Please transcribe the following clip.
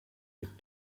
could